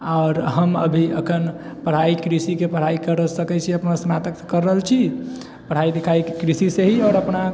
आओर हम अभी एखन पढ़ाइ कृषिके पढ़ाइ करि सकै छिए अपना स्नातक करि रहल छी पढ़ाइ लिखाइ कृषिसँ ही आओर अपना